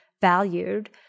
valued